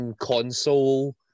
console